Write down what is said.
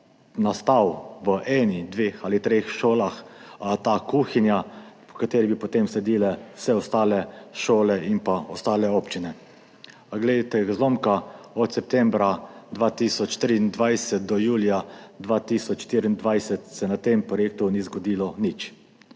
nastala v eni, dveh ali treh šolah ta kuhinja, po kateri bi potem sledile vse ostale šole in ostale občine. Ampak glej ga zlomka, od septembra 2023 do julija 2024 se na tem projektu ni zgodilo nič.